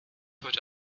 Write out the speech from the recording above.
heute